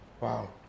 Wow